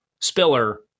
Spiller